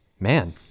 Man